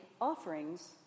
offerings